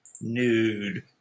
nude